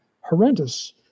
horrendous